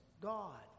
God